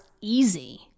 easy